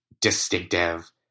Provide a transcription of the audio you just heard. distinctive